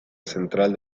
central